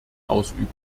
ausüben